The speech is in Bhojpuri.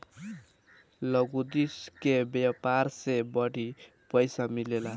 लुगदी के व्यापार से बड़ी पइसा मिलेला